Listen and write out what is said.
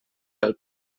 pel